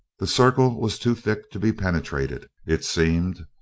the circle was too thick to be penetrated, it seemed,